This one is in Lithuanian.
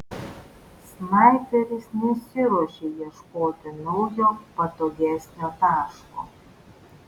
snaiperis nesiruošė ieškoti naujo patogesnio taško